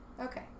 Okay